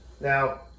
Now